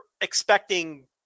expecting –